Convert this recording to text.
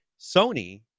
Sony